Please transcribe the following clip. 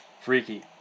Freaky